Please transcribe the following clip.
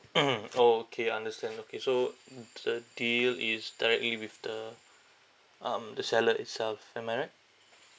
mm okay understand okay so the deal is directly with the um the seller itself am I right